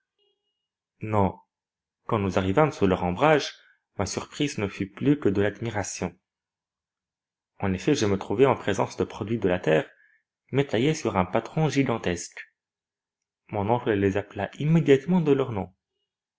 non quand nous arrivâmes sous leur ombrage ma surprise ne fut plus que de l'admiration en effet je me trouvais en présence de produits de la terre mais taillés sur un patron gigantesque mon oncle les appela immédiatement de leur nom